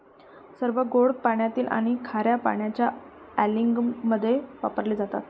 सर्व गोड पाण्यातील आणि खार्या पाण्याच्या अँलिंगमध्ये वापरले जातात